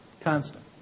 constant